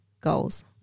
goals